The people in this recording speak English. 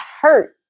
hurt